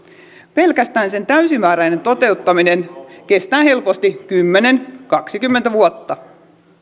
pelkästään sen täysimääräinen toteuttaminen kestää helposti kymmenen viiva kaksikymmentä vuotta